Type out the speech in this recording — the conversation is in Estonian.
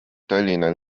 tallinna